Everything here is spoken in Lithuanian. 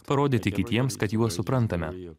parodyti kitiems kad juos suprantame